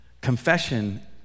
confession